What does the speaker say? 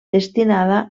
destinada